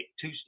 Two